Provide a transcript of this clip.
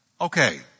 Okay